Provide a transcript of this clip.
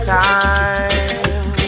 time